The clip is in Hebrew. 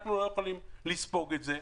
אנחנו לא יכולים לספוג את זה.